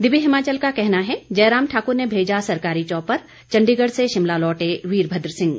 दिव्य हिमाचल का कहना है जयराम ठाकुर ने भेजा सरकारी चौपर चंडीगढ़ से शिमला लौटे वीरभद्र सिंह